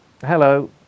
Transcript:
Hello